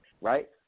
right